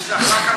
יש לך רק 40 דקות.